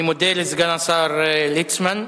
אני מודה לסגן השר ליצמן,